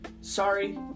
Sorry